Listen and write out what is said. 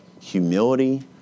Humility